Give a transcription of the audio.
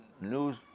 news